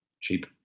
Cheap